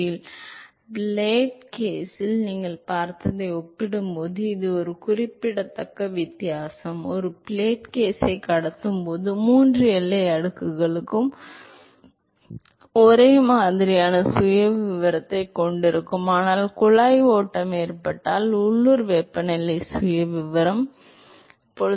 எனவே flat plate கேஸில் நீங்கள் பார்த்ததை ஒப்பிடும்போது இது ஒரு குறிப்பிடத்தக்க வித்தியாசம் ஒரு பிளாட் பிளேட் கேஸைக் கடந்தும் மூன்று எல்லை அடுக்குகளும் ஒரே மாதிரியான சுயவிவரத்தைக் கொண்டிருக்கும் ஆனால் குழாய் ஓட்டம் ஏற்பட்டால் உள்ளூர் வெப்பநிலை சுயவிவரம் இப்போது உள்ளது